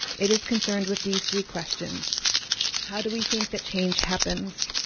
it is concerned with these three questions how do we think that change happens,